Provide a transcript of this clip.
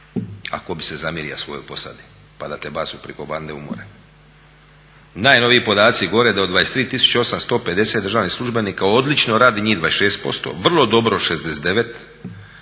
ako bi se zamjerija svojoj posadi, pa da te bace priko bande u more. Najnoviji podaci govore da od 23 850 državnih službenika odlično radi njih 26%, vrlo dobro 69,